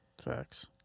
Facts